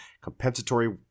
compensatory